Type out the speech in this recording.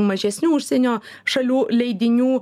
mažesnių užsienio šalių leidinių